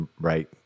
right